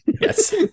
yes